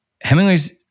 Hemingway's